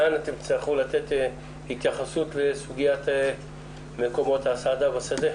תצטרכו לתת התייחסות לסוגיית מקומות ההסעדה בשדה